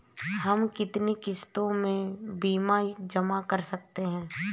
हम कितनी किश्तों में बीमा जमा कर सकते हैं?